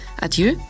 Adieu